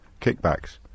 Kickbacks